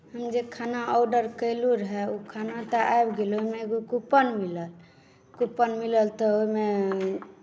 हम जे खाना ऑर्डर कयलहुँ रहए ओ खाना तऽ आबि गेलै ओहिमे एगो कूपन मिलल कूपन मिलल तऽ ओहिमे